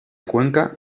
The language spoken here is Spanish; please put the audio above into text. cuenca